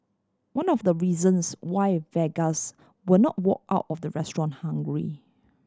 one of the reasons why vegans will not walk out of the restaurant hungry